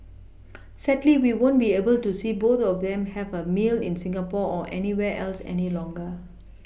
sadly we won't be able to see both of them have a meal in Singapore or anywhere else any longer